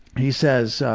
he says,